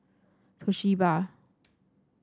Toshiba